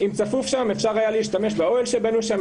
אם צפוף שם אפשר היה להשתמש באוהל שבנו שם,